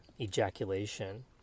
ejaculation